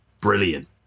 brilliant